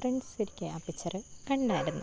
ഫ്രണ്ട്സൊരിക്കൽ ആ പിച്ചർ കണ്ടായിരുന്നു